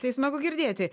tai smagu girdėti